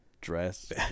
dress